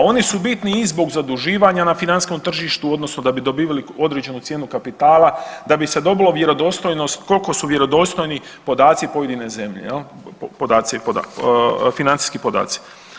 A oni su bitni i zbog zaduživanja na financijskom tržištu odnosno da bi dobivali određenu cijenu kapitala, da bi se dobilo vjerodostojnost koliko su vjerodostojni podaci pojedine zemlje jel, podaci, financijski podaci.